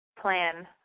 plan